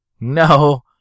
no